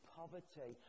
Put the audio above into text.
poverty